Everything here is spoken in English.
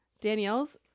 danielle's